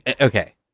okay